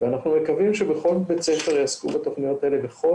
ואנחנו מקווים שבכל בית ספר יעסקו בתוכניות האלה וכל